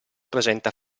presenta